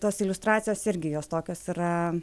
tos iliustracijos irgi jos tokios yra